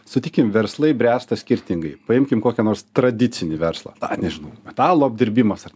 sutikim verslai bręsta skirtingai paimkim kokią nors tradicinį verslą ai nežinau metalo apdirbimas ar